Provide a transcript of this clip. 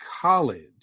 college